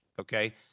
okay